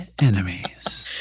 enemies